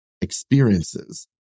experiences